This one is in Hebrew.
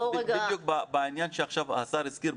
בואו רגע --- בדיוק בעניין שהשר עכשיו הזכיר,